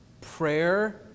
prayer